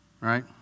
right